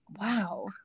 wow